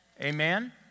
Amen